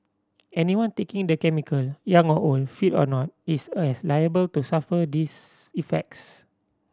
anyone taking the chemical young or old fit or not is as liable to suffer these effects